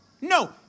No